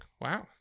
wow